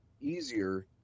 easier